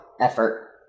effort